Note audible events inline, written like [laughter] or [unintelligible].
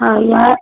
हँ [unintelligible]